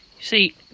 see